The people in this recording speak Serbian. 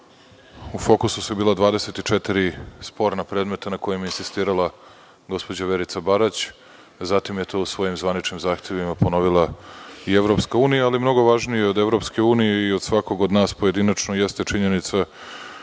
u fokusu su bila 24 sporna predmeta na kojima je insistirala gospođa Verica Barać, zatim je to u svojim zvaničnim zahtevima ponovila i EU, ali mnogo važnije od EU i od svakog od nas pojedinačno jeste činjenica